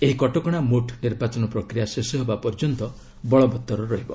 ଏହି କଟକଣା ମୋଟ୍ ନିର୍ବାଚନ ପ୍ରକ୍ୟିୟା ଶେଷ ହେବା ପର୍ଯ୍ୟନ୍ତ ବଳବତ୍ତର ରହିବ